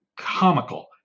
comical